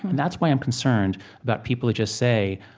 and that's why i'm concerned about people who just say,